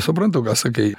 suprantu ką sakai